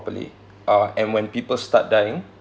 properly uh and when people start dying